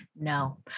No